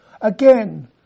Again